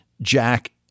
Jack